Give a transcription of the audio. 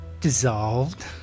dissolved